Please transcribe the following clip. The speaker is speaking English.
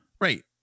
right